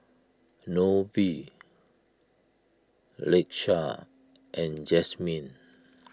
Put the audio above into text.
Nobie Lakesha and Jazmyn